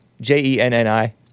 J-E-N-N-I